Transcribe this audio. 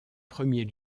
premier